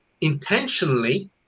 intentionally